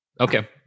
Okay